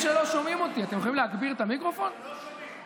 תגביר טיפה את המיקרופון, לא שומעים אותך.